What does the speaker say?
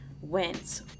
went